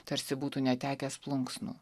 tarsi būtų netekęs plunksnų